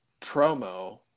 promo